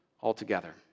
altogether